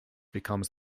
becomes